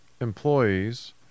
employees